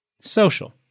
Social